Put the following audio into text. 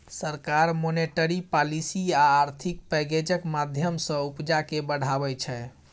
सरकार monetary policy आ आर्थिक पैकैजक माध्यमँ सँ उपजा केँ बढ़ाबै छै